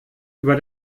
über